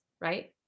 right